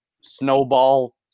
snowball